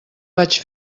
vaig